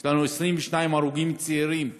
יש לנו 22 הרוגים צעירים,